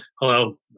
Hello